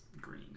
green